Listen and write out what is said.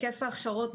היקף ההכשרות,